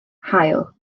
haul